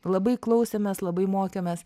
labai klausėmės labai mokėmės